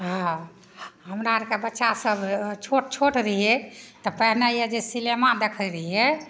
हाँ हमरा आओरके बच्चासभ छोट छोट रहिए तऽ पहिने यऽ जे सिनेमा देखै रहिए